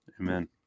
Amen